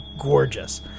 gorgeous